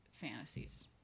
fantasies